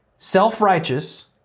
Self-righteous